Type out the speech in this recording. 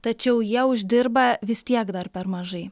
tačiau jie uždirba vis tiek dar per mažai